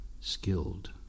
Skilled